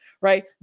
Right